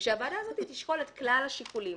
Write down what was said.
ושהוועדה הזאת תשקול את כלל השיקולים,